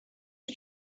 you